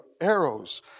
arrows